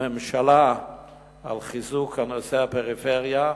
ממשלה על חיזוק הפריפריה,